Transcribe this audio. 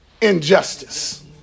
injustice